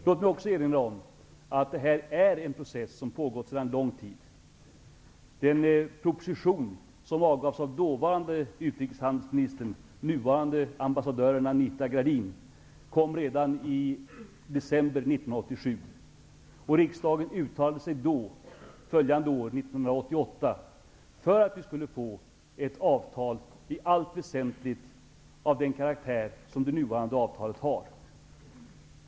Låt mig också erinra om att det här är en process som pågått sedan lång tid. Den proposition som avgavs av dåvarande utrikeshandelsministern, nuvarande ambassadören Anita Gradin, kom redan i december 1987. Riksdagen uttalade sig följande år, 1988, för att vi skulle få ett avtal i allt väsentligt av den karaktär som det nuvarande avtalet har.